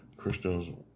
Christians